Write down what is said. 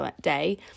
day